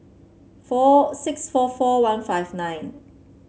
four six four four one five nine